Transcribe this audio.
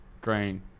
Green